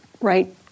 right